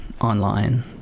online